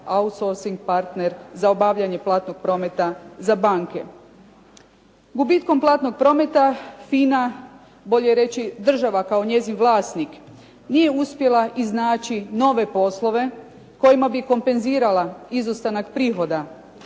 razumije./… partner za obavljanje platnog prometa za banke. Gubitkom platnog prometa FINA, bolje reći država kao njezin vlasnik, nije uspjela iznaći nove poslove kojima bi kompenzirala izostanak prihoda